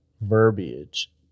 verbiage